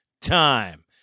time